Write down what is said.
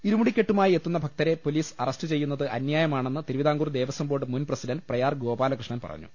ഇരുമുടിക്കെട്ടുമായി എത്തുന്ന ഭക്തരെ police arrest ചെയ്യുന്നത് അന്യായമാണെന്ന് തിരുവിതാംകൂർ ദേവസ്വംബോർഡ് മുൻപ്രസിഡന്റ് പ്രയാർ ഗോപാലകൃഷ്ണൻ പറഞ്ഞു